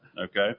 Okay